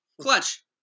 Clutch